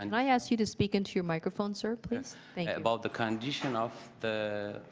and i ask you to speak into your microphone, sir? about the condition of the